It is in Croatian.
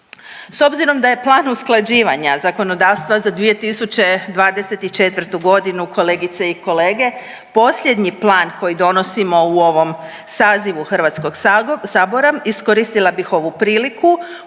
S obzirom da je plan usklađivanja zakonodavstva za 2024. kolegice i kolege posljednji plan koji donosimo u ovom sazivu Hrvatskog sabora iskoristila bih ovu priliku